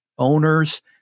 owners